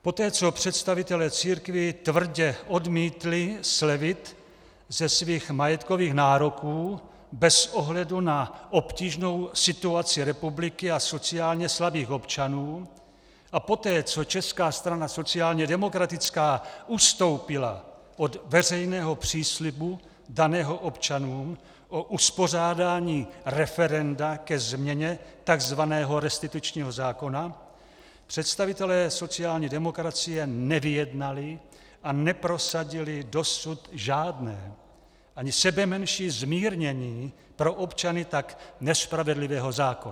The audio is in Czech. Poté, co představitelé církvi tvrdě odmítli slevit ze svých majetkových nároků bez ohledu na obtížnou situaci republiky a sociálně slabých občanů, a poté, co Česká strana sociálně demokratická ustoupila od veřejného příslibu daného občanům o uspořádání referenda ke změně takzvaného restitučního zákona, představitelé sociální demokracie nevyjednali a neprosadili dosud žádné, ani sebemenší zmírnění pro občany tak nespravedlivého zákona.